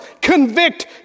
convict